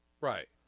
Right